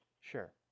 Sure